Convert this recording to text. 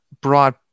broad